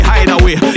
Hideaway